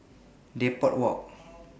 Depot Walk